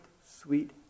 sweet